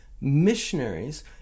missionaries